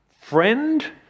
friend